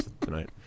tonight